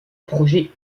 projet